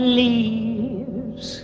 leaves